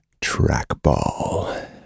trackball